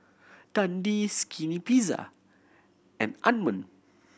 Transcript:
Dundee Skinny Pizza and Anmum